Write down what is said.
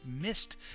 missed